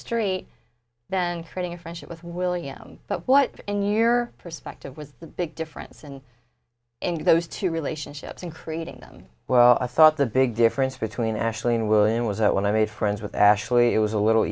street then creating a friendship with william but what in your perspective was the big difference and in those two relationships in creating them well i thought the big difference between ashley and william was that when i made friends with ashley it was a little